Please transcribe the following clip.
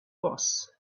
was